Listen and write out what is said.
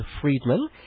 Friedman